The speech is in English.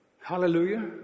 Hallelujah